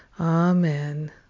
Amen